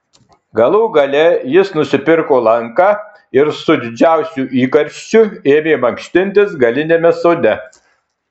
galų gale ji nusipirko lanką ir su didžiausiu įkarščiu ėmė mankštintis galiniame sode